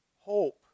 hope